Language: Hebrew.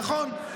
נכון.